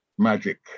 Magic